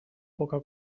poca